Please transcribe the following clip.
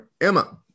Emma